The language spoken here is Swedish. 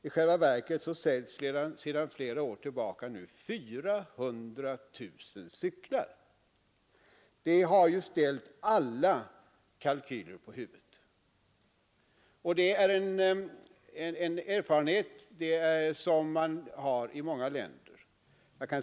I själva verket säljs sedan flera år tillbaka 400 000 cyklar per år, och det har ju ställt alla kalkyler på huvudet. Detta är en erfarenhet som man har gjort i många länder.